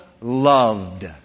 loved